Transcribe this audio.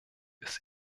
ist